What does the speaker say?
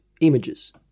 images